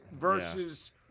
versus